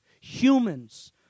humans